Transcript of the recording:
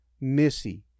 Missy